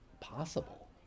possible